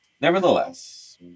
nevertheless